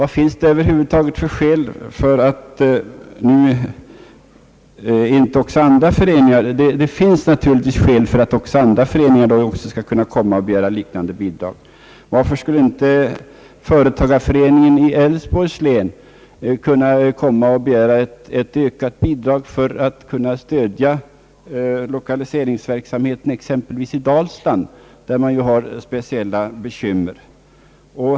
Då uppstår naturligtvis skäl även för andra föreningar att begära liknande bidrag. Varför skulle inte företagareföreningen i Älvsborgs län kunna begära ett ökat bidrag för att stödja lokaliseringsverksamheten i exempelvis Dalsland, där man ju har speciella bekymmer?